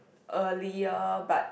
earlier but